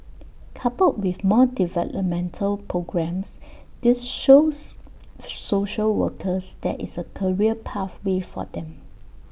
coupled with more developmental programmes this shows social workers there is A career pathway for them